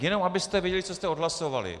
Jenom abyste věděli, co jste odhlasovali.